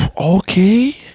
Okay